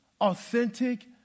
authentic